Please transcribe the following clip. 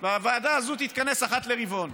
והוועדה הזאת תתכנס אחת לרבעון.